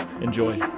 Enjoy